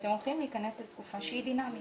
שהם הולכים להיכנס לתקופה שהיא דינאמית,